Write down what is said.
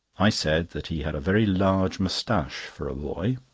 i said that he had a very large moustache for a boy.